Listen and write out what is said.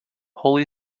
holy